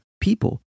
people